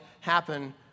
happen